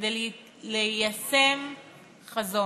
ליישם חזון.